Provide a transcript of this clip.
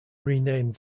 renamed